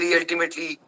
ultimately